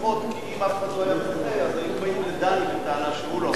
כי אם אף אחד לא היה מוחה היו באים לדני בטענה שהוא לא מוחה.